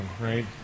right